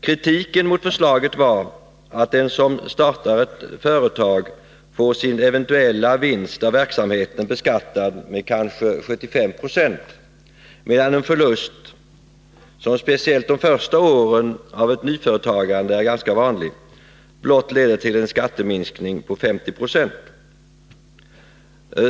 Kritiken mot förslaget var att den som startar ett företag får sin eventuella vinst av verksamheten beskattad med kanske 75 90, medan en förlust, som speciellt de första åren av ett nyföretagande är ganska vanlig, blott leder till en skatteminskning på 50 96.